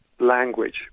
Language